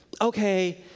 okay